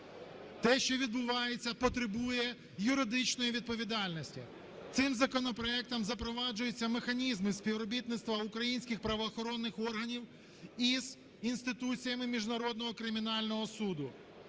Те, що відбувається, потребує юридичної відповідальності. Цим законопроектом запроваджуються механізми співробітництва українських правоохоронних органів із інституціями Міжнародного кримінального суду,